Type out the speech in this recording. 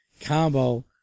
combo